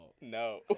No